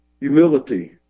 humility